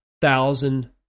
thousand